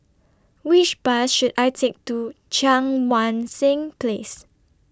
Which Bus should I Take to Cheang Wan Seng Place